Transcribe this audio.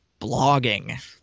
blogging